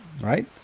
right